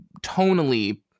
tonally